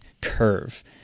curve